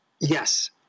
Yes